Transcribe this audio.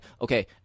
okay